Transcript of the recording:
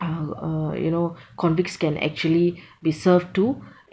uh err you know convicts can actually be served to